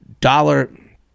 Dollar